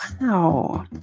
Wow